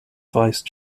vice